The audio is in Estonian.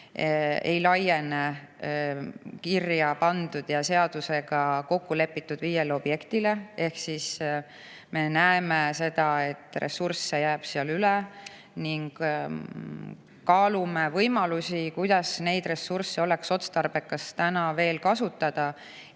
ei laiene kirja pandud ja seadusega kokku lepitud viiele objektile. Me näeme seda, et ressursse jääb seal üle, ning kaalume võimalusi, kuidas neid ressursse oleks otstarbekas veel täna kasutada,